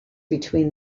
between